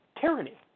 tyranny